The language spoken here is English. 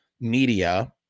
media